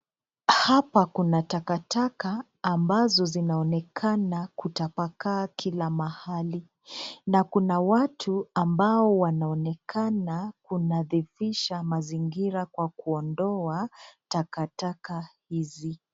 Hapa kuna takataka ambazo zinaonekana kutapakaa kila mahali, na kuna watu ambao wanaonekana kunadhifisha mazingira kwa kuondoa takataka hizi.